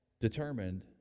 determined